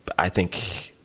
i think,